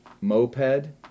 moped